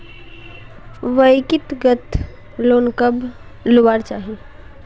व्यक्तिगत लोन कब लुबार चही?